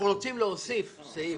אנחנו רוצים להוסיף סעיף,